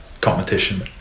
competition